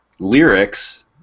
lyrics